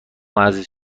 عزیز